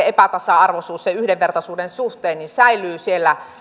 epätasa arvoisuus yhdenvertaisuuden suhteen säilyy siellä